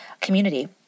community